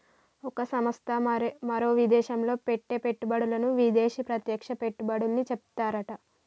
ఒక సంస్థ మరో విదేశంలో పెట్టే పెట్టుబడులను విదేశీ ప్రత్యక్ష పెట్టుబడులని చెప్తారట